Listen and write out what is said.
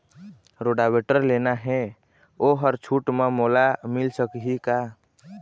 Rotavator लेना हे ओहर छूट म मोला मिल सकही का?